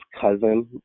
cousin